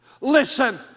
Listen